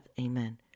Amen